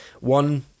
One